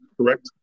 correct